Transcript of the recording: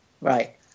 Right